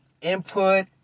input